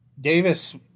Davis